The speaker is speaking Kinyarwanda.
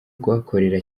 kuhakorera